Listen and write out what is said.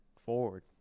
forward